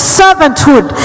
servanthood